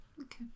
Okay